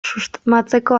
susmatzeko